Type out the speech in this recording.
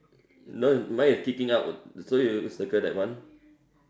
no my is kicking out so you circle that one